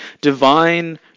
divine